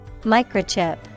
Microchip